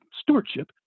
stewardship